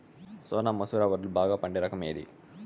సోనా మసూర వడ్లు బాగా పండే రకం ఏది